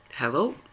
Hello